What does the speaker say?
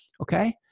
Okay